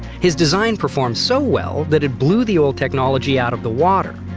his design performed so well that it blew the old technology out of the water.